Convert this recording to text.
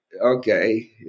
okay